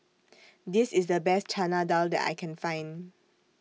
This IS The Best Chana Dal that I Can Find